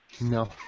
No